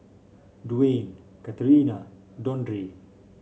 Dwyane Katharina Dondre